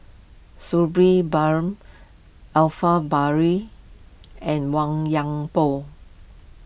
Sabri Buang Alfred and Huang